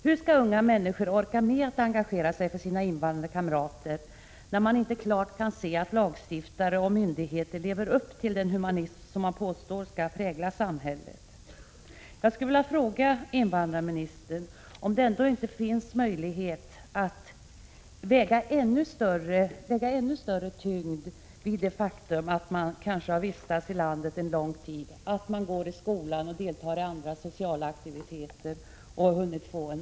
Hur skall unga människor orka med att engagera sig för sina invandrade kamrater, när man inte klart kan se att lagstiftare och myndigheter lever upp till den humanitet som man påstår skall prägla samhället? Jag skulle vilja fråga invandrarministern om det ändå inte finns möjlighet att lägga ännu större tyngd vid det faktum att invandrare kanske vistats i landet en lång tid, att man går i skolan och deltar i andra sociala aktiviteter och har fått många kamrater.